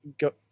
Go